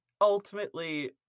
ultimately